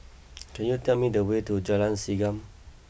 can you tell me the way to Jalan Segam